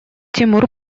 тимур